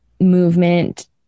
movement